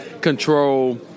control